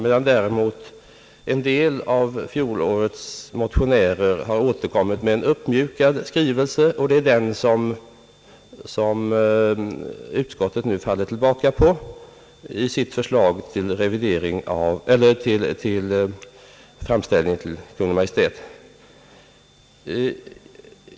En del av motionärerna i fjol har däremot återkommit med en uppmjukad skrivning, och det är den som utskottet nu faller tillbaka på i sitt förslag om framställning till Kungl. Maj:t.